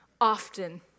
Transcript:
often